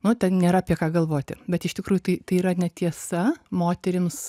nu ten nėra apie ką galvoti bet iš tikrųjų tai tai yra netiesa moterims